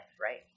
right